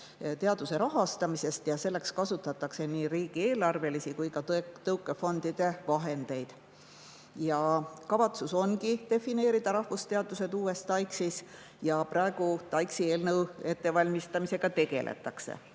teaduse rahastamisest ja selleks kasutatakse nii riigieelarvelisi kui ka tõukefondide vahendeid. Kavatsus ongi defineerida rahvusteadused uues TAIKS-is, praegu TAIKS-i eelnõu ettevalmistamisega tegeldakse.